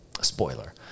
spoiler